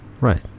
Right